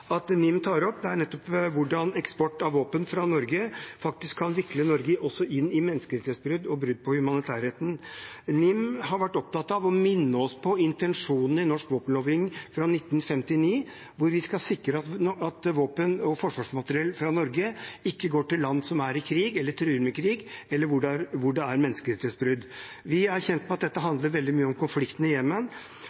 at NIM tar opp, er hvordan eksport av våpen fra Norge faktisk kan vikle Norge inn i menneskerettighetsbrudd og brudd på humanitærretten. NIM har vært opptatt av å minne oss på intensjonen i norsk våpenlovgivning fra 1959, som skal sikre at våpen og forsvarsmateriell fra Norge ikke går til land som er i krig eller truer med krig, eller hvor det er menneskerettighetsbrudd. Vi er kjent med at dette